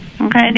Okay